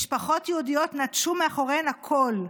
משפחות יהודיות נטשו מאחוריהן הכול,